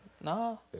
No